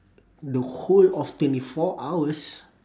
the whole of twenty four hours